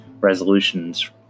resolutions